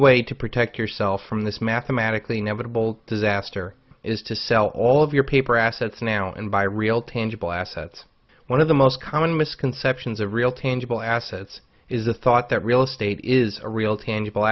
way to protect yourself from this mathematically negative bull disaster is to sell all of your paper assets now and buy real tangible assets one of the common most misconceptions of real tangible assets is the thought that real estate is a real tangible